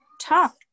talk